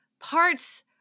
parts